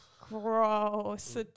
Gross